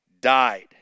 died